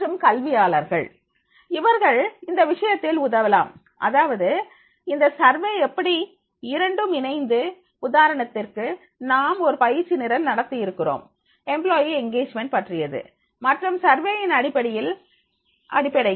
மற்றும் கல்வியாளர்கள் அவர்கள் இந்த விஷயத்தில் உதவலாம் அதாவது இந்த சர்வே எப்படி இரண்டும் இணைந்து உதாரணத்திற்கு நாம் ஒரு பயிற்சி நிரல் நடத்தியிருக்கிறோம் எம்ப்ளாயி எங்கேஜ்மென்ட் பற்றியது மற்றும் சர்வேயின் அடிப்படையில்